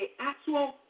actual